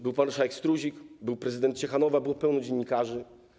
Był pan marszałek Struzik, był prezydent Ciechanowa, było pełno dziennikarzy.